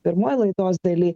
pirmoj laidos daly